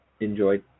enjoy